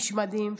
איש מדהים.